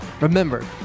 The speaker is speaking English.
Remember